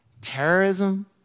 Terrorism